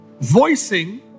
voicing